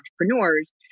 entrepreneurs